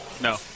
No